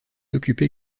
occuper